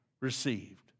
received